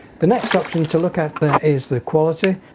the next option to look at there is the quality.